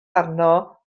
arno